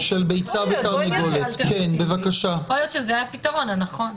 יכול להיות שזה הפתרון הנכון.